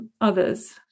others